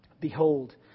behold